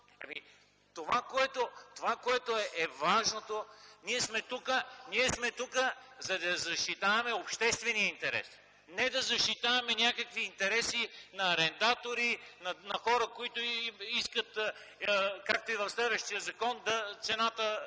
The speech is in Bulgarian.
Това, което е важното - ние сме тук, за да защитаваме обществения интерес, не да защитаваме някакви интереси на арендатори, на хора, които искат, както и в следващия закон, цената